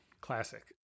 Classic